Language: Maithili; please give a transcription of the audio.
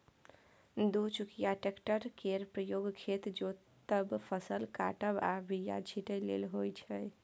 दु चकिया टेक्टर केर प्रयोग खेत जोतब, फसल काटब आ बीया छिटय लेल होइ छै